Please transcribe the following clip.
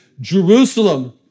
Jerusalem